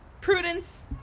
Prudence